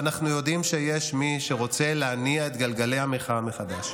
ואנחנו יודעים שיש מי שרוצה להניע את גלגלי המחאה מחדש.